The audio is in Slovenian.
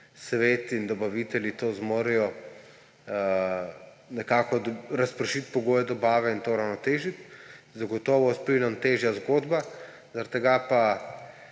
Svet in dobavitelji to zmorejo nekako razpršiti pogoje dobave in to uravnotežiti. Zagotovo je s plinom težja zgodba, zaradi tega pa